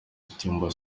icyumba